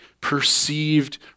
perceived